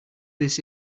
this